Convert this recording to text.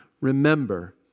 remember